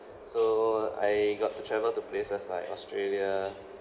so I got to travel to places like australia